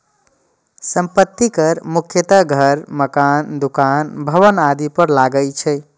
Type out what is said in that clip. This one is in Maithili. संपत्ति कर मुख्यतः घर, मकान, दुकान, भवन आदि पर लागै छै